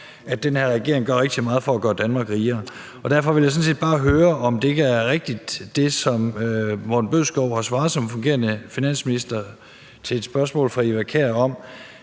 at den her regering gør rigtig meget for at gøre Danmark rigere. Derfor vil jeg sådan set bare høre, om det ikke er rigtigt, hvad den fungerende finansminister har svaret på et spørgsmål fra Eva Kjer